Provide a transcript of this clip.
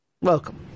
welcome